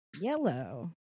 Yellow